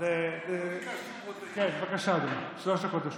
לא ביקשתי, בבקשה, אדוני, שלוש דקות לרשותך.